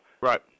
right